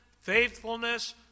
faithfulness